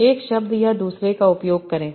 एक शब्द या दूसरे का उपयोग करें